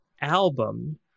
album